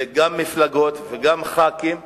וגם מפלגות וגם חברי כנסת.